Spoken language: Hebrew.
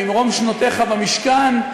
ממרום שנותיך במשכן,